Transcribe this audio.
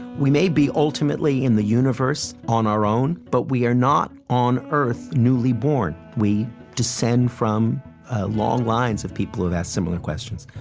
we may be, ultimately, in the universe on our own, but we are not on earth newly born. we descend from long lines of people who've asked similar questions.